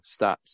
stats